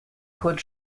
kurt